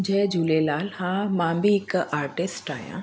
जय झूलेलाल हा मां बि हिकु आर्टिस्ट आहियां